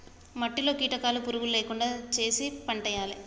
మట్టిలో కీటకాలు పురుగులు లేకుండా చేశి పంటేయాలే